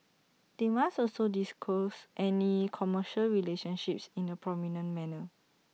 they must also disclose any commercial relationships in A prominent manner